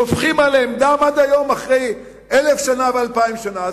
שופכים עליהם דם עד היום, אחרי 1,000 ו-2,000 שנה.